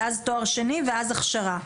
תואר שני ואז הכשרה,